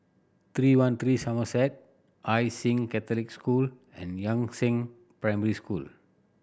Three One Three Somerset Hai Sing Catholic School and Yangzheng Primary School